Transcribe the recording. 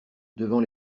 devant